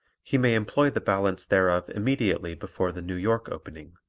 he may employ the balance thereof immediately before the new york opening,